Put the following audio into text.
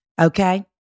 Okay